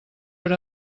hora